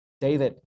David